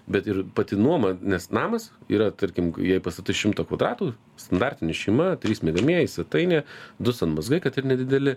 bet ir pati nuoma nes namas yra tarkim k jei pastatai šimto kvadratų standartinė šeima trys miegamieji svetainė du sanmazgai kad ir nedideli